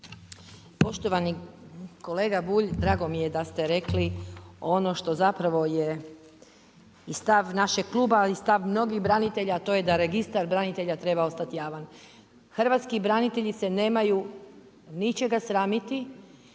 Poštovani kolega Bulj, drago mi je da ste rekli, ono što zapravo je i stav našeg kluba i stav mnogih branitelja, a to je da registar branitelja treba ostati javan. Hrvatski branitelji se nemaju ničega sramiti